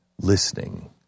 listening